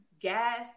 gas